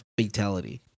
fatality